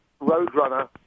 Roadrunner